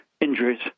injuries